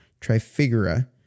Trifigura